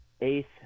eighth